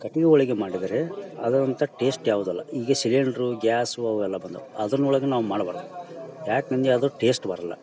ಕಟ್ಟಿಗಿ ಒಳಗೆ ಮಾಡದರೆ ಅದರಂಥಾ ಟೇಸ್ಟ್ ಯಾವುದು ಅಲ್ಲ ಈಗ ಶಿಲೆಂಡ್ರೂ ಗ್ಯಾಸು ಅವು ಎಲ್ಲ ಬಂದವು ಅದರ್ನೊಳಗ ನಾವು ಮಾಡ್ಬಾರದು ಯಾಕಂದಿ ಅದು ಟೇಸ್ಟ್ ಬರಲ್ಲ